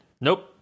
Nope